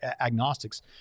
agnostics